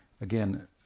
again